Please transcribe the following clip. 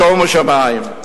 שומו שמים.